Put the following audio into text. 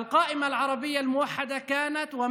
הרשימה הערבית המאוחדת הייתה, עודנה